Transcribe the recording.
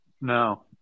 No